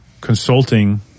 consulting